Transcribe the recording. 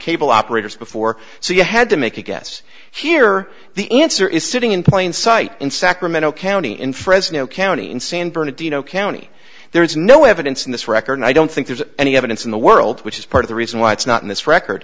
cable operators before so you had to make a guess here the answer is sitting in plain sight in sacramento county in fresno county in san bernardino county there is no evidence in this record i don't think there's any evidence in the world which is part of the reason why it's not in this record